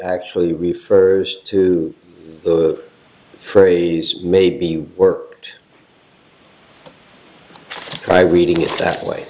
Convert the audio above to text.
actually refers to the phrase may be worked try reading it that way